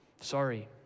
sorry